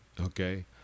Okay